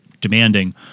demanding